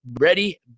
ready